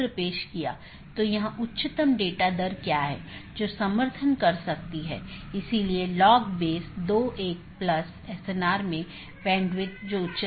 दूसरा अच्छी तरह से ज्ञात विवेकाधीन एट्रिब्यूट है यह विशेषता सभी BGP कार्यान्वयन द्वारा मान्यता प्राप्त होनी चाहिए